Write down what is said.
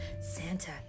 Santa